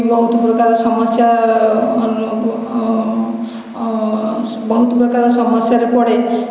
ବହୁତ ପ୍ରକାର ସମସ୍ୟା ବହୁତ ପ୍ରକାର ସମସ୍ୟାରେ ପଡ଼େ